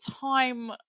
time